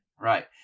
right